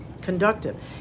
Conductive